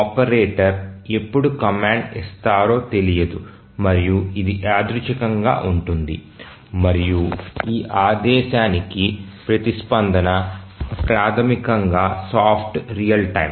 operator ఎప్పుడు command ఇస్తారో తెలియదు మరియు ఇది యాదృచ్ఛికంగా ఉంటుంది మరియు ఈ ఆదేశానికి ప్రతిస్పందన ప్రాథమికంగా సాఫ్ట్ రియల్ టైమ్